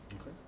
Okay